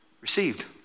received